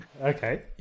Okay